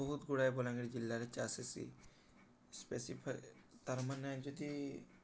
ବହୁତଗୁଡ଼ାଏ ବଲାଙ୍ଗୀର ଜିଲ୍ଲାରେ ଚାଷ୍ ହେସି ସ୍ପେସିଫାଇ ତାର୍ମାନେ ଯଦି